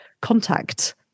contact